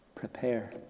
Prepare